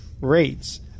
rates